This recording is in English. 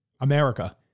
America